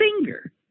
finger